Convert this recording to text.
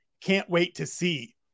can't-wait-to-see